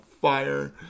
fire